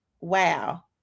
wow